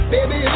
Baby